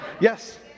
Yes